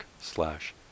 slash